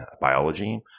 biology